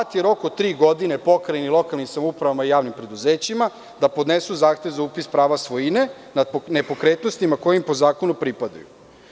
Dat je rok od tri godine pokrajini, lokalnim samoupravama i javnim preduzećima, da podnesu zahtev za upis prava svojine na nepokretnosti koje im po zakonu pripadaju.